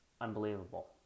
unbelievable